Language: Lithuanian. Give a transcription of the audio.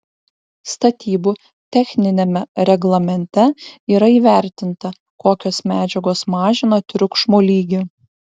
statybų techniniame reglamente yra įvertinta kokios medžiagos mažina triukšmo lygį